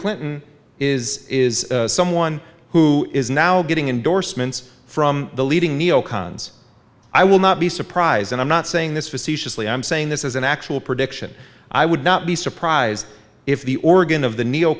clinton is is someone who is now getting endorsements from the leading neo cons i will not be surprised and i'm not saying this facetiously i'm saying this is an actual prediction i would not be surprised if the organ of the neo